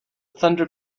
thunder